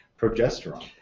progesterone